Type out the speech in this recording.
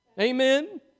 Amen